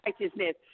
righteousness